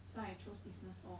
so I chose business lor